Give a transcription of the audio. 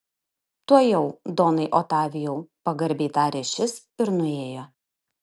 tuojau donai otavijau pagarbiai tarė šis ir nuėjo